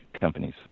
companies